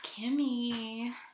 Kimmy